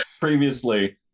previously